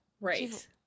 Right